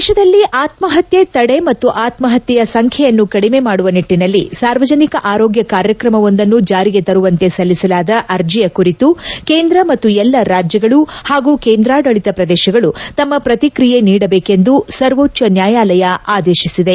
ದೇಶದಲ್ಲಿ ಆತ್ಮಪತ್ಕೆ ತಡೆ ಮತ್ತು ಆತ್ಮಪತ್ಕೆಯ ಸಂಖ್ಯೆಯನ್ನು ಕಡಿಮೆ ಮಾಡುವ ನಿಟ್ಟನಲ್ಲಿ ಸಾರ್ವಜನಿಕ ಆರೋಗ್ಯ ಕಾರ್ಯಕ್ರಮವೊಂದನ್ನು ಜಾರಿಗೆ ತರುವಂತೆ ಸಲ್ಲಿಸಲಾದ ಅರ್ಜಿಯ ಕುರಿತು ಕೇಂದ್ರ ಮತ್ತು ಎಲ್ಲ ರಾಜ್ಯಗಳು ಪಾಗೂ ಕೇಂದ್ರಾಡಳಿತ ಪ್ರದೇಶಗಳು ತಮ್ಮ ಪ್ರತಿಕ್ರಿಯೆ ನೀಡಬೇಕೆಂದು ಸರ್ವೊಚ್ಚ ನ್ಕಾಯಾಲಯ ಆದೇಶಿಸಿದೆ